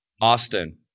Austin